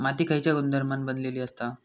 माती खयच्या गुणधर्मान बनलेली असता?